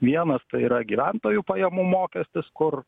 vienas tai yra gyventojų pajamų mokestis kur